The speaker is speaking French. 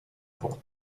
fois